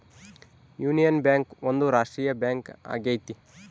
union bank ಒಂದು ರಾಷ್ಟ್ರೀಯ bank ಆಗೈತಿ